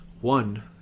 one